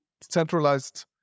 centralized